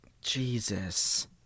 Jesus